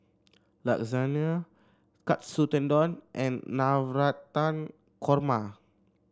Lasagne Katsu Tendon and Navratan Korma